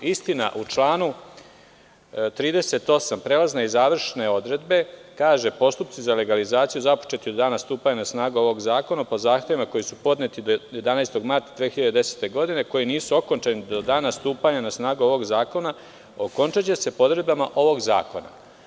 Istina u članu 38. prelazne i završne odredbe kaže – postupci za legalizaciju započeti od dana stupanja na snagu ovog zakona po zahtevima koji su podneti 11. marta 2010. godine, koji nisu okončani do danas stupanja na snagu ovog zakona okončaće se po odredbama ovog zakona.